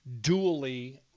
dually